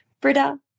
Britta